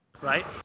right